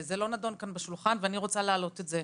זה לא נדון כאן בשולחן ואני רוצה להעלות את זה.